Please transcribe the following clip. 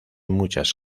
muchas